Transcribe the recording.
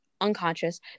unconscious